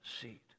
seat